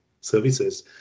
services